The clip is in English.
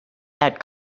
that